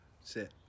sit